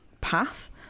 path